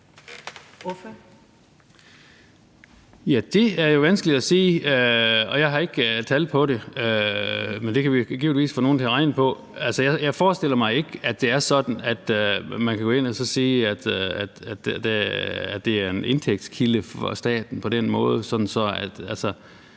det er jo vanskeligt at sige, og jeg har ikke tal på det. Men det kan vi jo givetvis få nogen til at regne på. Altså, jeg forestiller mig ikke, at det er sådan, at man kan gå ind og sige, at det er en indtægtskilde for staten på den måde.